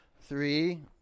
three